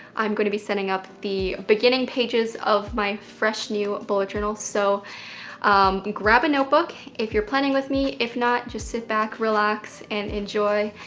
i'm going to be setting up the beginning pages of my fresh new bullet journal. so grab a notebook if you're planning with me. if not, just sit back, relax, and enjoy,